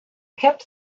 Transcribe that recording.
kept